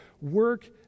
work